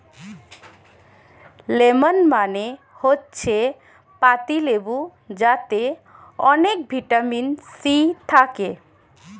lemon মানে হচ্ছে পাতিলেবু যাতে অনেক ভিটামিন সি থাকে